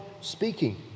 speaking